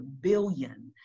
billion